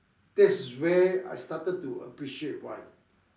this is where I started to appreciate wine